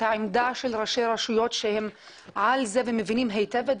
העמדה של ראשי הרשויות שמבינים את זה היטב.